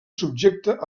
subjecta